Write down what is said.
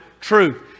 truth